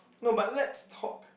no but let's talk